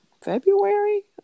February